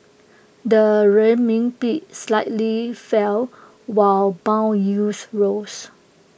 the Renminbi slightly fell while Bond yields rose